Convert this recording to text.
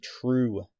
true